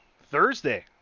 Thursday